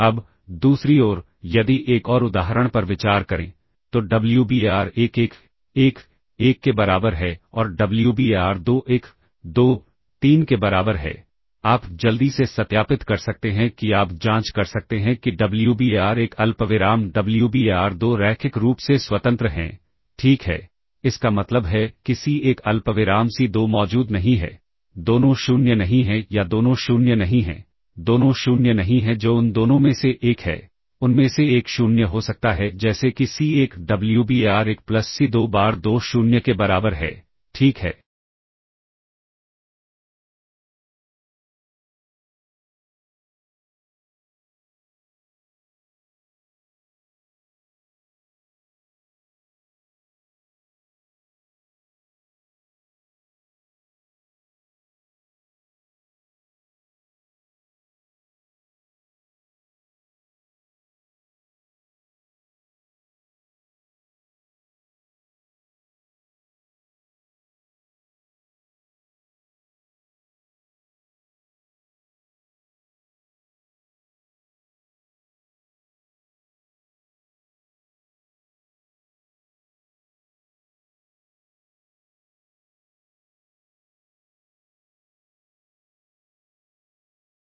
अब दूसरी ओर यदि एक और उदाहरण पर विचार करें तो Wbar1 111 के बराबर है और Wbar2 123 के बराबर है आप जल्दी से सत्यापित कर सकते हैं कि आप जांच कर सकते हैं कि Wbar1 अल्पविराम Wbar2 रैखिक रूप से स्वतंत्र हैं ठीक है इसका मतलब है कि C1 अल्पविराम C2 मौजूद नहीं है दोनों 0 नहीं हैं या दोनों 0 नहीं हैं दोनों 0 नहीं हैं जो उन दोनों में से एक है उनमें से एक 0 हो सकता है जैसे कि C1 Wbar1 प्लस C2 बार2 0 के बराबर है ठीक है